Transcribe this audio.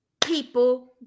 people